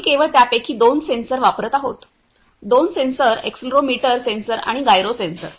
आम्ही केवळ त्यापैकी दोन सेन्सर वापरत आहोत दोन सेन्सर एक्सेलरोमीटर सेन्सर आणि गायरो सेन्सर